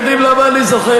אתם יודעים למה אני זוכר?